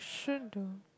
shouldn't do